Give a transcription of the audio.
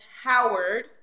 howard